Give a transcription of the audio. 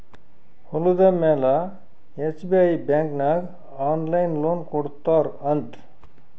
ಹೊಲುದ ಮ್ಯಾಲ SBI bank ನಾಗ್ ಆನ್ಲೈನ್ ಲೋನ್ ಕೊಡ್ತಾರ್ ಅಂತ್